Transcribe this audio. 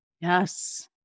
Yes